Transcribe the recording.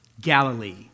Galilee